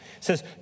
says